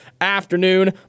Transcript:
afternoon